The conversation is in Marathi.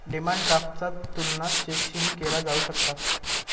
डिमांड ड्राफ्टचा तुलना चेकशीही केला जाऊ शकता